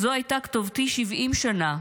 זו הייתה כתובתי 70 שנה.